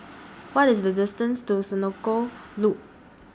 What IS The distance to Senoko Loop